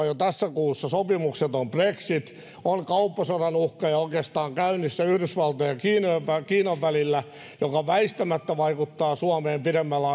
jo tässä kuussa saattaa toteutua sopimukseton brexit on kauppasodan uhka ja oikeastaan se on käynnissä yhdysvaltojen ja kiinan välillä mikä väistämättä vaikuttaa suomeen pidemmällä